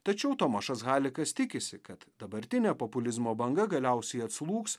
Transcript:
tačiau tomašas halikas tikisi kad dabartinio populizmo banga galiausiai atslūgs